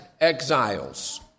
exiles